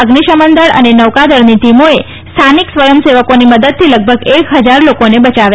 અગ્નિક્ષમનદળ અને નૌકાદળની ટીમોએ સ્થાનિક સ્વયં સેવકોની મદદથી લગભગ એક હજાર લોકોને બચાવ્યા હતા